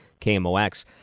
KMOX